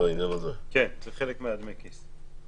כן, זה חלק מדמי הכיס.